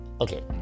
okay